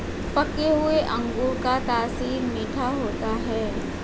पके हुए अंगूर का तासीर मीठा होता है